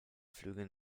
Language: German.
flüge